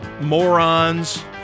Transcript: morons